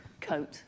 coat